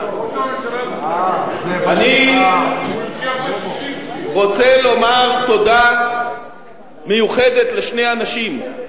אני רוצה לומר תודה מיוחדת לשני אנשים,